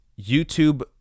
YouTube